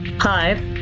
hi